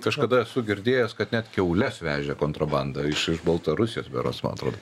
kažkada esu girdėjęs kad net kiaules vežė kontrabandą iš iš baltarusijos berods man atrodo